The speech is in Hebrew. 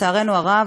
לצערנו הרב,